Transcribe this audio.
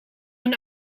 een